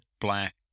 black